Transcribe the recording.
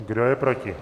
Kdo je proti?